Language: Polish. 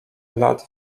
lat